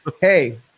hey